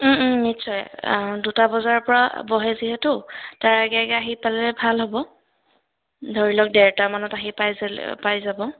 নিশ্চয় দুটা বজাৰ পৰা বহে যিহেতু তাৰ আগে আগে আহি পালে ভাল হ'ব ধৰি লওক দেৰটা মানত আহি পাই যা যাব